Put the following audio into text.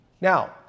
Now